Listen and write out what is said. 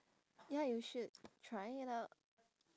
ya you should try it out